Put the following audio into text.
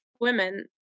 women